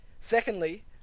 Secondly